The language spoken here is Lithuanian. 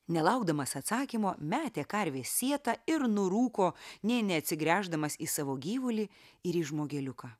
nelaukdamas atsakymo metė karvės sietą ir nurūko nė neatsigręždamas į savo gyvulį ir į žmogeliuką